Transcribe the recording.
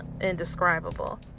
indescribable